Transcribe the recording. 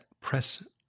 press